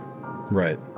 Right